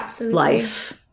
life